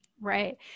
Right